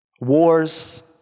Wars